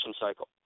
cycle